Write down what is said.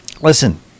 Listen